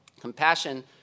Compassion